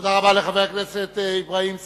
תודה לחבר הכנסת אברהים צרצור.